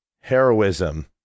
Heroism